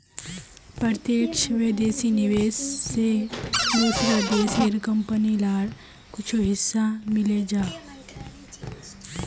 प्रत्यक्ष विदेशी निवेश से दूसरा देशेर कंपनी लार कुछु हिस्सा मिले जाहा